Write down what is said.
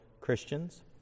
Christians